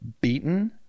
beaten